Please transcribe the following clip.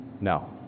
No